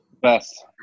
best